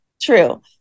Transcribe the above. True